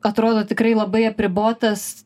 atrodo tikrai labai apribotas